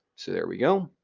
so, there we go.